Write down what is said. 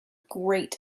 great